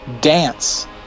dance